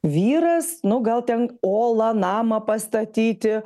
vyras nu gal ten olą namą pastatyti